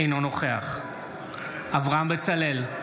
אינו נוכח אברהם בצלאל,